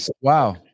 wow